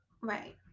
Right